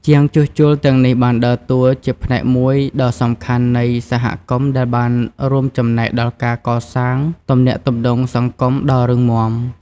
ជាងជួសជុលទាំងនេះបានដើរតួជាផ្នែកមួយដ៏សំខាន់នៃសហគមន៍ដែលបានរួមចំណែកដល់ការកសាងទំនាក់ទំនងសង្គមដ៏រឹងមាំ។